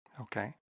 Okay